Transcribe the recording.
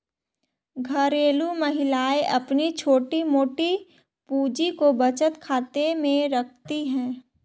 घरेलू महिलाएं अपनी छोटी मोटी पूंजी को बचत खाते में रखती है